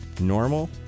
Normal